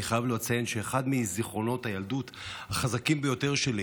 אני חייב לציין שאחד מזיכרונות הילדות החזקים ביותר שלי